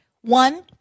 One